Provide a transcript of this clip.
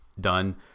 done